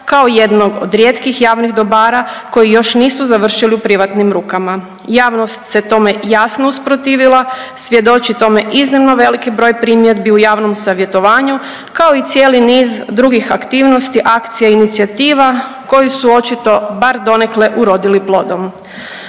kao jednog od rijetkih javnih dobara koji još nisu završili u privatnim rukama. Javnost se tome jasno usprotivila, svjedoči tome iznimno veliki broj primjedbi u javnom savjetovanju, kao i cijeli niz drugih aktivnosti, akcija i inicijativa koje su očito bar donekle urodili plodom.